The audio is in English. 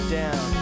down